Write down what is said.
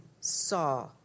saw